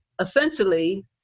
essentially